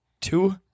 Two